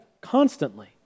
constantly